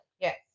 Yes